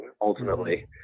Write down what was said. ultimately